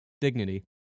dignity